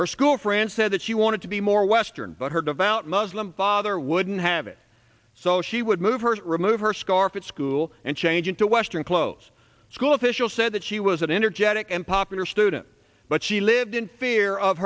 her school friends said that she wanted to be more western but her devout muslim father wouldn't have it so she would move her remove her scarf at school and change into western clothes school officials said that she was an energetic and popular student but she lived in fear of